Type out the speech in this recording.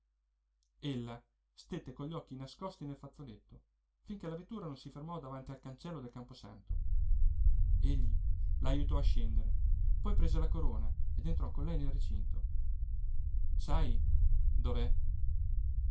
vedi ella stette con gli occhi nascosti nel fazzoletto finché la vettura non si fermò davanti al cancello del camposanto egli la ajutò a scendere poi prese la corona ed entrò con lei nel recinto sai dov'è